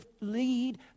lead